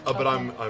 ah but i'm